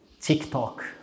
TikTok